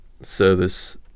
service